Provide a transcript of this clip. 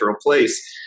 place